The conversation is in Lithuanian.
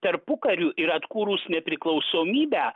tarpukariu ir atkūrus nepriklausomybę